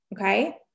okay